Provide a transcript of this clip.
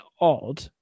odd